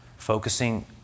Focusing